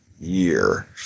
year